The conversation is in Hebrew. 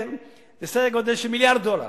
זה סדר גודל של מיליארד דולר.